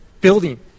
building